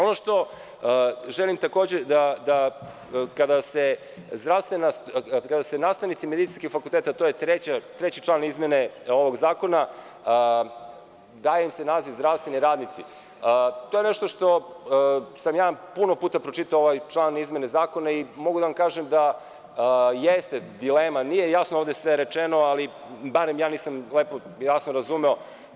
Ono što takođe želim, kada se nastavnici medicinskih fakulteta, to je treći član izmene ovog zakona, daje im se naziv zdravstveni radnici, to je nešto što sam puno puta pročitao, ovaj član izmene zakona, i mogu da vam kažem da jeste dilema, nije jasno ovde sve rečeno, ali bar ja nisam lepo, jasno razumeo.